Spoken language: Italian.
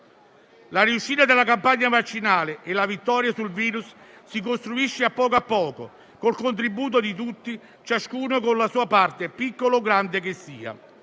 La riuscita della campagna vaccinale e la vittoria sul *virus* si costruiscono a poco a poco, col contributo di tutti, ciascuno per la sua parte, piccola o grande che sia.